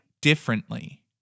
differently